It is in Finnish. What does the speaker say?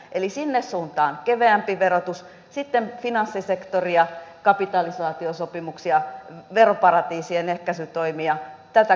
eli sinne suuntaan keveämpi verotus sitten finanssisektoria kapitalisaatiosopimuksia veroparatiisien ehkäisytoimia tätä kaikkea